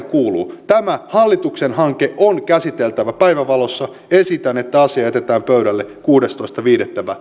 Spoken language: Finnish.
kuuluu tämä hallituksen hanke on käsiteltävä päivänvalossa esitän että asia jätetään pöydälle kuudestoista viidettä